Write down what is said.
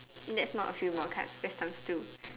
that's not a few more cards that's times two